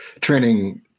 training